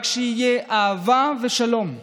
רק יהיה אהבה ושלום גדול",